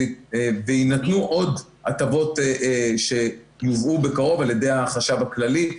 ויינתנו עוד הטבות שיובאו בקרוב על ידי החשב הכללי.